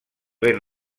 ben